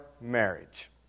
marriage